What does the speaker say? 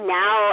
now